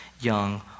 young